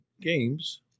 games